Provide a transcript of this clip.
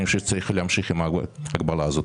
אני חושב שצריך להמשיך עם ההגבלה הזאת.